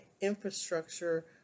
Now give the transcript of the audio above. infrastructure